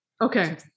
Okay